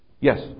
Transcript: Yes